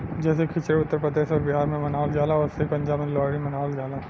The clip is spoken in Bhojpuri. जैसे खिचड़ी उत्तर प्रदेश अउर बिहार मे मनावल जाला ओसही पंजाब मे लोहरी मनावल जाला